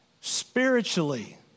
spiritually